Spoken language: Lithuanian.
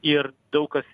ir daug kas